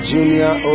Junior